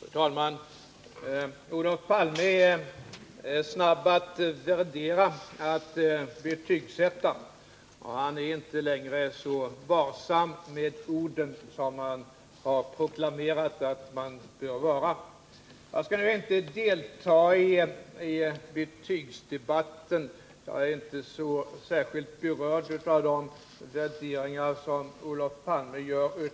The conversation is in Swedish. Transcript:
Fru talman! Olof Palme är snabb att värdera och betygsätta, och han är inte längre så varsam med orden som han har proklamerat att man bör vara. Jag skall nu inte delta i någon betygsdebatt, för jag är inte särskilt berörd av de värderingar